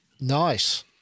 Nice